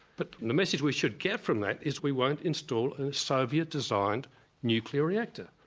but the message we should get from that is we won't install and a soviet-designed nuclear reactor.